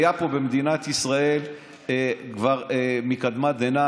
היה פה בארץ ישראל כבר מקדמת דנא,